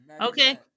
Okay